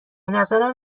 نظرم